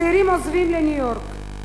הצעירים עוזבים לניו-יורק,